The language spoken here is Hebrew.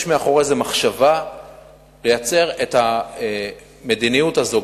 יש מאחורי זה מחשבה לייצר את המדיניות הזו,